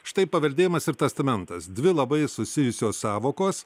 štai paveldėjimas ir testamentas dvi labai susijusios sąvokos